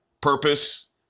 purpose